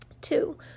Two